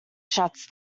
shuts